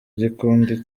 gikundi